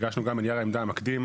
הגשנו גם נייר עמדה מקדים,